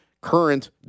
current